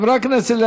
חברי הכנסת,